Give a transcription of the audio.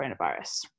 coronavirus